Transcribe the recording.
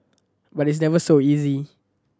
but it's never so easy